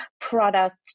product